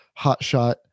hotshot